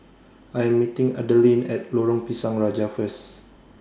I Am meeting Adalyn At Lorong Pisang Raja First